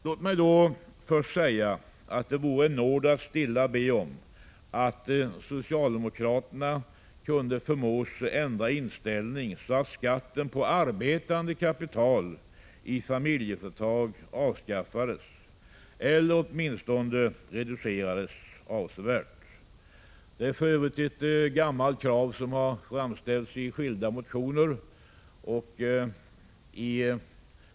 Låt mig då först säga att det vore en nåd att stilla be om att socialdemokraterna kunde förmås ändra inställning så att skatten på arbetande kapital i familjeföretag avskaffades eller åtminstone reducerades avsevärt. Det är för övrigt ett gammalt önskemål, som har framställts i skilda motioner.